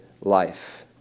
life